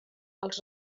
als